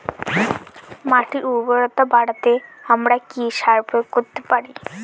মাটির উর্বরতা বাড়াতে আমরা কি সার প্রয়োগ করতে পারি?